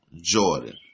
Jordan